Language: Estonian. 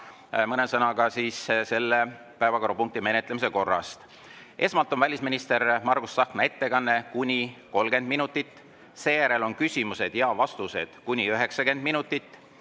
mõne sõnaga selle päevakorrapunkti menetlemise korrast. Esmalt on välisministri Margus Tsahkna ettekanne kuni 30 minutit, seejärel on küsimused ja vastused kuni 90 minutit.